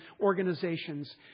organizations